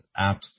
apps